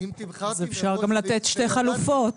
אפשר גם לתת שתי חלופות.